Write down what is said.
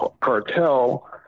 cartel